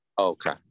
Okay